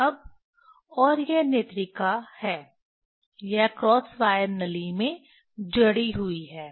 अब और यह नेत्रिका है यह क्रॉस वायर नली में जड़ी हुई है